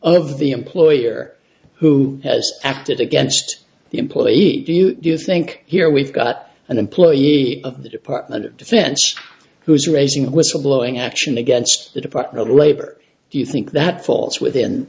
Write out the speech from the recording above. of the employer who has acted against the employees do you think here we've got an employee of the department of defense who is raising a whistle blowing action against the department of labor do you think that falls within